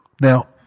Now